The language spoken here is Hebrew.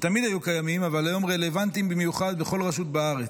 שתמיד היו קיימים אבל היום רלוונטיים במיוחד בכל רשות בארץ.